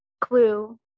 clue